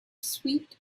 sweet